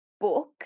book